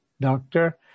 doctor